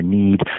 need